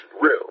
Real